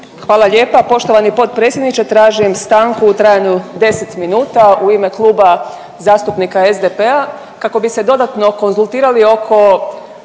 Hvala lijepa. Poštovani potpredsjedniče, tražim stanku u trajanju 10 minuta u ime Kluba zastupnika SDP-a kako bi se dodatno konzultirali oko